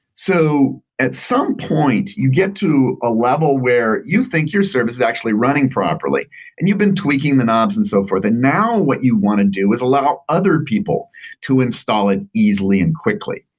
so at some point, you get to a level where you think your service is actually running properly and you've been tweaking the knobs and so forth and now what you want to do is allow other people to install it easily and quickly.